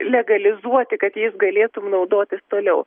legalizuoti kad jais galėtum naudotis toliau